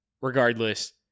regardless